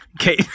Okay